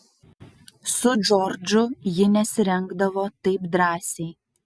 su džordžu ji nesirengdavo taip drąsiai